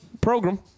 program